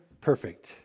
perfect